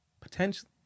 potentially